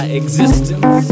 existence